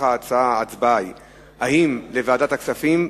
ההצבעה היא אם להעביר לוועדת הכספים.